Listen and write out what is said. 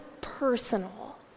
personal